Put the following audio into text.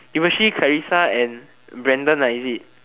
it was she Clarissa and Brandon ah is it